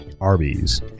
Arby's